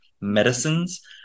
medicines